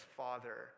father